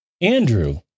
Andrew